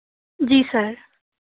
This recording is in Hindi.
जी सर